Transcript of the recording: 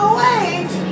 wait